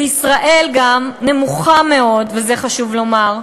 וישראל גם נמוכה מאוד, וזה חשוב לומר,